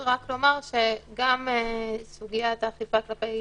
גם סוגיית האכיפה כלפי